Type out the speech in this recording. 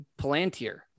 Palantir